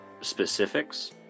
specifics